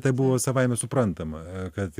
tai buvo savaime suprantama kad